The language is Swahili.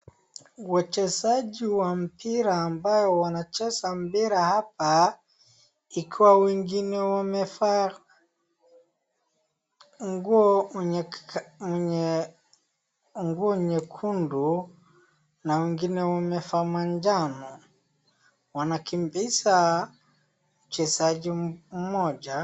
Wachezaji wa mpira ambayo wanacheza mpira hapa ikiwa wengine wamevaa nguo nyekundu na wengine wamevaa manjano wanakimbiza mchezaji mmoja.